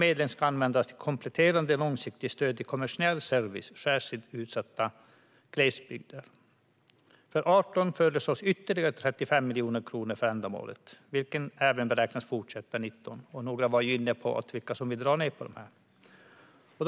Medlen ska användas till ett kompletterande långsiktigt stöd till kommersiell service i särskilt utsatta glesbygder. För 2018 föreslås ytterligare 35 miljoner kronor för ändamålet, vilket även beräknas fortsätta för 2019. Någon här var ju inne på vilka som vill dra ned på detta.